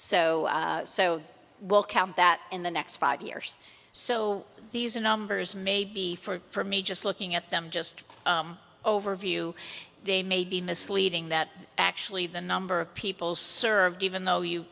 so so we'll count that in the next five years so these are numbers maybe for me just looking at them just overview they may be misleading that actually the number of people served even though you